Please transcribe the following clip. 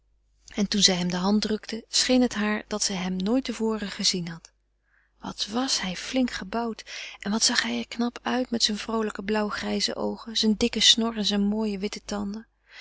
en toen zij hem de hand drukte scheen het haar dat zij hem nooit te voren gezien had wat was hij flink gebouwd en wat zag hij er knap uit met zijne vroolijke blauwgrijze oogen zijn dikke snor en zijne mooie witte tanden